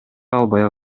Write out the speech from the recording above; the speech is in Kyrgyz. албай